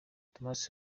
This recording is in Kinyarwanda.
thomas